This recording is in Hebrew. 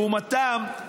לעומתם,